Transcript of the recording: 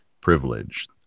privilege